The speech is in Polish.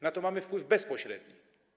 Na to mamy wpływ bezpośredni.